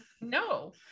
No